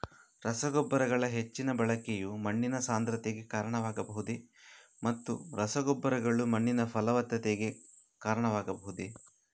ರಸಗೊಬ್ಬರಗಳ ಹೆಚ್ಚಿನ ಬಳಕೆಯು ಮಣ್ಣಿನ ಸಾಂದ್ರತೆಗೆ ಕಾರಣವಾಗಬಹುದೇ ಮತ್ತು ರಸಗೊಬ್ಬರಗಳು ಮಣ್ಣಿನ ಫಲವತ್ತತೆಗೆ ಕಾರಣವಾಗಬಹುದೇ?